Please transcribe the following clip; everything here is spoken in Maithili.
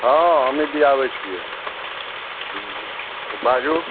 हँ हमही दे आबै छियै कहियौ ने बाजू